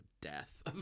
death